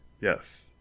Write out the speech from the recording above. Yes